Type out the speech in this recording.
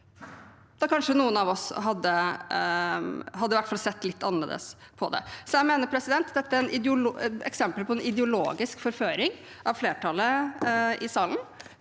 kanskje noen av oss sett i hvert fall litt annerledes på det. Så jeg mener at dette er et eksempel på en ideologisk forføring av flertallet i salen